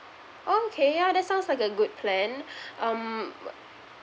okay ya that sounds like a good plan um